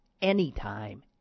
anytime